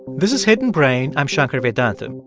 this is hidden brain. i'm shankar vedantam.